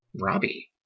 Robbie